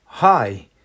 Hi